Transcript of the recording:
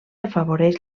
afavoreix